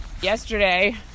yesterday